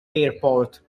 airport